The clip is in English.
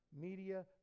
media